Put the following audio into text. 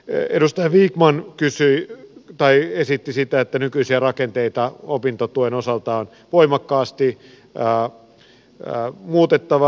edustaja vikman esitti sitä että nykyisiä rakenteita opintotuen osalta on voimakkaasti muutettava